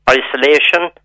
isolation